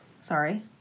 Sorry